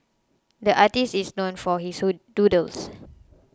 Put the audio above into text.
the artist is known for his doodles